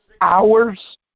hours